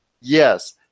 yes